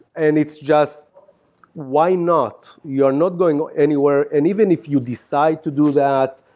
and it's just why not? you're not going anywhere, and even if you decide to do that,